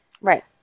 Right